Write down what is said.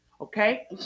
okay